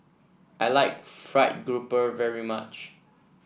I like fried grouper very much